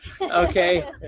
okay